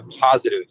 positive